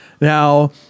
Now